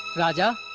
raja!